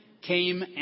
came